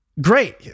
great